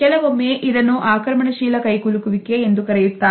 ಕೆಲವೊಮ್ಮೆ ಇದನ್ನು ಆಕ್ರಮಣಶೀಲ ಕೈಕುಲುಕು ವಿಕೆ ಎಂದು ಕರೆಯುತ್ತಾರೆ